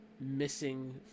missing